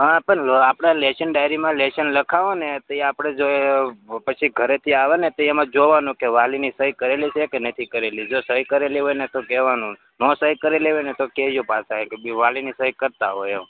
હા પણ આપણે લેશન ડાયરીમાં લેશન લખાવો ને તો એ આપણે જો એ પછી ઘરેથી આવે ને તો એમાં જોવાનું કે વાલીની સહી કરેલી છે કે નથી કરેલી જો સહી કરેલી હોય ને તો કહેવાનું ન સહી કરેલી હોય ને તો કહેજો પાછા કે વાલીની સહી કરતા આવો એમ